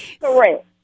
Correct